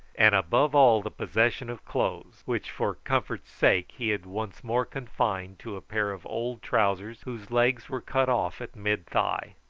and above all the possession of clothes, which, for comfort's sake, he had once more confined to a pair of old trousers whose legs were cut off at mid-thigh,